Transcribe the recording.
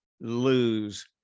lose